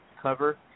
cover